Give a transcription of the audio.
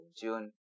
June